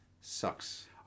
sucks